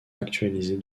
actualisée